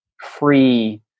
free